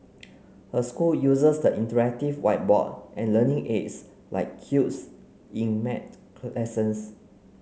her school uses the interactive whiteboard and learning aids like cubes in maths lessons